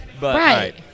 Right